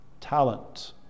talent